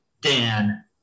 Dan